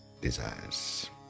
desires